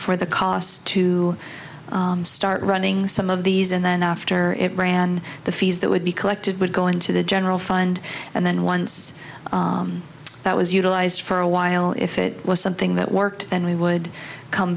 for the costs to start running some of these and then after it ran the fees that would be collected would go into the general fund and then once that was utilized for a while if it was something that worked then we would come